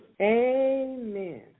Amen